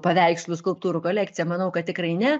paveikslų skulptūrų kolekciją manau kad tikrai ne